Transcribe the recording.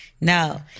no